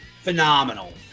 phenomenal